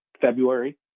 February